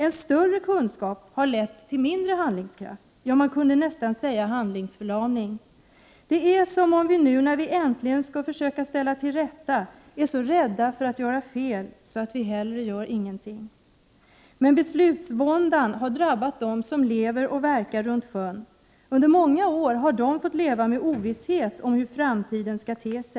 En större kunskap har lett till mindre handlingskraft — ja, man kan nästan säga handlingsförlamning. Det verkar som om vi nu, när vi äntligen skall försöka ställa saker och ting till rätta, är så rädda för att göra fel att vi hellre väljer att ingenting göra. Men beslutsvåndan har drabbat dem som lever och verkar runt sjön. Under många år har de fått leva i ovisshet om hur framtiden skall te sig. Det — Prot.